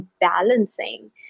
balancing